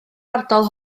ardal